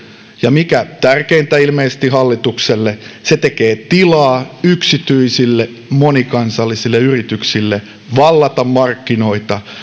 ja mikä tärkeintä ilmeisesti hallitukselle se tekee tilaa yksityisille monikansallisille yrityksille vallata markkinoita